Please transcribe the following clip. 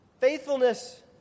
Faithfulness